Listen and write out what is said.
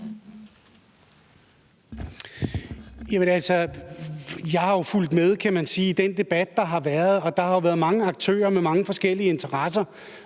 jeg har jo fulgt med i den debat, der har været, og der har været mange aktører med mange forskellige interesser